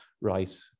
right